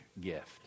gift